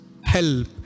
help